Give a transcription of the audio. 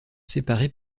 séparés